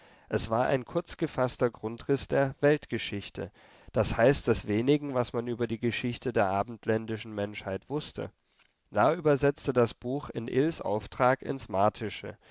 es war ein kurzgefaßter grundriß der weltgeschichte das heißt des wenigen was man über die geschichte der abendländischen menschheit wußte la übersetzte das buch in ills auftrag ins martische